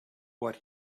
what